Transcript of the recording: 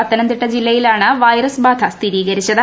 പത്തനംതിട്ട ജില്ലയിലാണ് വൈറസ് ബാധ സ്ഥിരീകരിച്ചത്